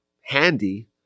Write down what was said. handy